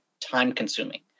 time-consuming